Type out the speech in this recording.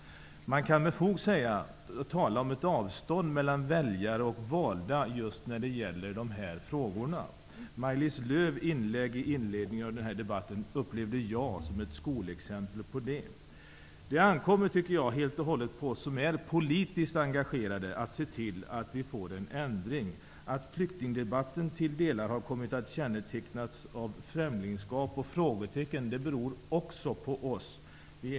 Man kan med fog tala om ett avstånd mellan väljare och valda just när det gäller dessa frågor. Maj-Lis Lööws inlägg i den här debatten upplevde jag som ett skolexempel på detta. Jag tycker att det helt och hållet ankommer på oss som är politiskt engagerade att se till att det blir en ändring. Att flyktingdebatten till vissa delar har kommit att kännetecknas av främlingskap och frågetecken beror också på oss politiker.